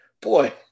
boy